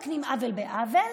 לא מתקנים עוול בעוול,